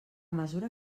mesura